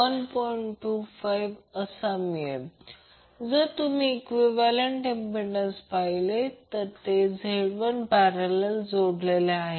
25 जर तुम्ही equivalent impedance पाहिले तर ते Z1 पॅरलल जोडलेले आहे